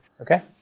Okay